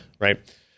Right